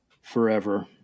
forever